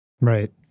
Right